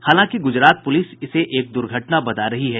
हालांकि गुजरात पुलिस इसे एक दुर्घटना बता रही है